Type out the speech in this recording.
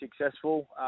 successful